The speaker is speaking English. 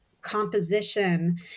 composition